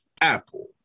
Apple